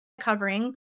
covering